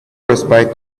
respite